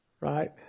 right